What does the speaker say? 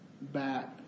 back